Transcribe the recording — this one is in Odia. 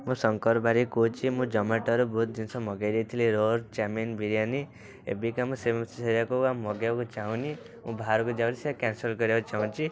ମୁଁ ଶଙ୍କର ବାରିକ୍ କହୁଛି ମୁଁ ଜୋମାଟୋରୁ ବହୁତ ଜିନିଷ ମଗାଇ ଦେଇଥିଲି ରୋଲ୍ ଚାଓମିନ ବିରିୟାନି ଏବେକା ମୁଁ ସେଇଆକୁ ଆଉ ମଗାଇବାକୁ ଚାହୁଁନି ମୁଁ ବାହାରକୁ ଯାଉଛି ସେ କ୍ୟାନସେଲ୍ କରିବାକୁ ଚାହୁଁଛି